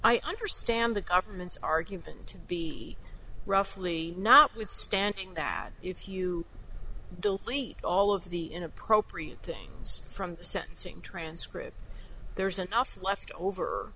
i understand the government's argument to be roughly notwithstanding that if you don't leak all of the inappropriate things from the sentencing transcript there's an awful left over